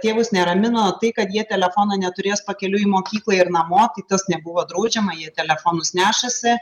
tėvus neramino tai kad jie telefono neturės pakeliui į mokyklą ir namo tai tas nebuvo draudžiama jie telefonus nešasi